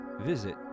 visit